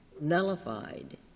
nullified